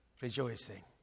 Rejoicing